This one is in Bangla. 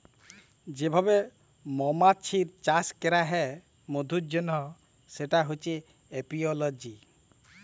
যে ভাবে মমাছির চাষ ক্যরা হ্যয় মধুর জনহ সেটা হচ্যে এপিওলজি